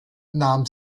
nahm